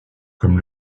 comme